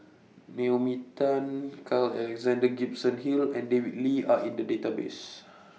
Naomi Tan Carl Alexander Gibson Hill and David Lee Are in The Database